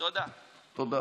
תודה, תודה.